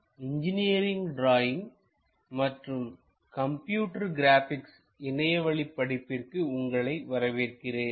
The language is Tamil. NPTEL லின் இன்ஜினியரிங் டிராயிங் மற்றும் கம்ப்யூட்டர் கிராபிக்ஸ் இணையவழி படிப்பிற்கு உங்களை வரவேற்கிறேன்